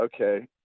okay